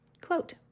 Quote